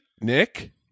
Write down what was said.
Nick